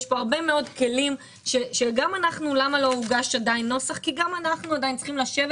יש כאן הרבה מאוד כלים ולא הוגש נוסח כי גם אנחנו עדיין צריכים לשבת